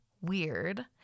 weird